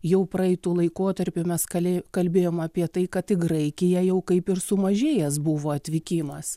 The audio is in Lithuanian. jau praeitu laikotarpiu mes kalė kalbėjom apie tai kad graikija jau kaip ir sumažėjęs buvo atvykimas